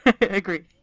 agree